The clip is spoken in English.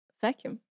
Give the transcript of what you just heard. vacuum